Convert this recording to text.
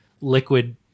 liquid